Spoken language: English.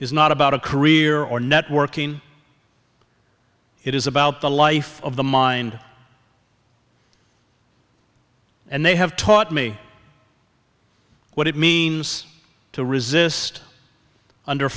is not about a career or networking it is about the life of the mind and they have taught me what it means to resist under